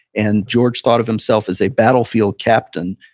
and george thought of himself as a battlefield captain,